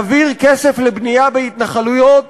להעביר כסף לבנייה בהתנחלויות,